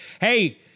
Hey